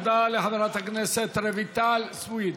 תודה לחברת הכנסת רויטל סויד.